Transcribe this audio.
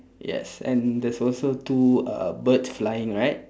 yes and there's also two uh birds flying right